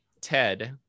Ted